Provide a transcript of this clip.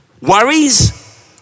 Worries